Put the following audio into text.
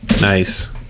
Nice